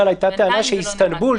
היתה טענה שאיסטנבול,